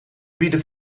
bieden